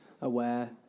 aware